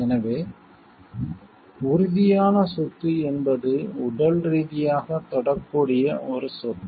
எனவே உறுதியான சொத்து என்பது உடல் ரீதியாக தொடக்கூடிய ஒரு சொத்து